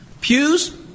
Pews